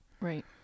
Right